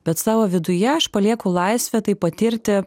bet savo viduje aš palieku laisvę tai patirti